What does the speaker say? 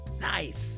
nice